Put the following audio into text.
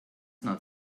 not